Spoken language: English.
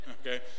okay